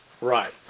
Right